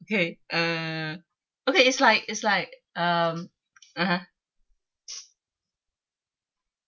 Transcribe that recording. okay uh okay it's like it's like um (uh huh)